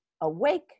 awake